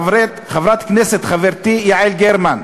חברתי חברת הכנסת יעל גרמן,